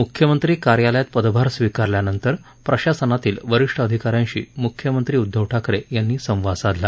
मुख्यमंत्री कार्यालयात पदभार स्वीकारल्यानंतर प्रशासनातील वरिष्ठ अधिकाऱ्यांशी मुख्यमंत्री उदधव ठाकरे यांनी संवाद साधला